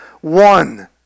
one